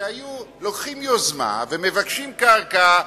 שהיו לוקחים יוזמה ומבקשים קרקע,